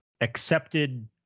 accepted